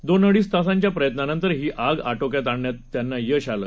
दोन अडीचतासांच्याप्रयत्नानंतरहीआगआटोक्यातआणण्यातत्यांनायशआलं